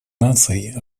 наций